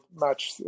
match